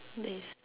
yes